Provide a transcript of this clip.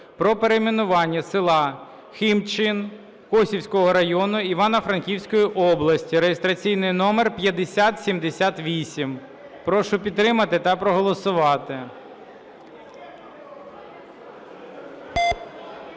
про перейменування села Химчин Косівського району Івано-Франківської області (реєстраційний номер 5078). Прошу підтримати та проголосувати.